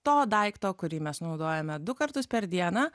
to daikto kurį mes naudojame du kartus per dieną